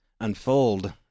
unfold